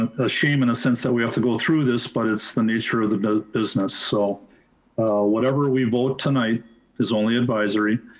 a shame in a sense that we have to go through this, but it's the nature of the business. so whatever we vote tonight is only advisory.